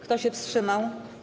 Kto się wstrzymał?